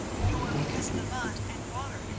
nor, because of the mud and water,